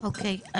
אוקי,